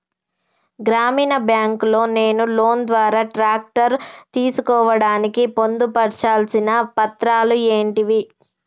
గ్రామీణ బ్యాంక్ లో నేను లోన్ ద్వారా ట్రాక్టర్ తీసుకోవడానికి పొందు పర్చాల్సిన పత్రాలు ఏంటివి?